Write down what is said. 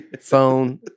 phone